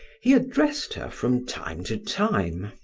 he addressed her from time to time.